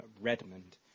Redmond